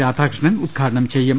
രാധാകൃഷ്ണൻ ഉദ്ഘാടനം ചെയ്യും